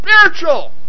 spiritual